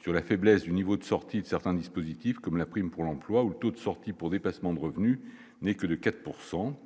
sur la faiblesse du niveau de sortie de certains dispositifs comme la prime pour l'emploi, où le taux de sortie pour dépassement de revenus n'est que de 4 pourcent